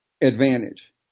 advantage